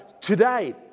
Today